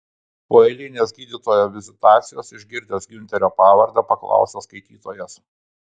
po eilinės gydytojo vizitacijos išgirdęs giunterio pavardę paklausė skaitytojas